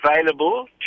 available